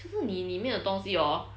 就是你里面的东西 hor